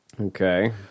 Okay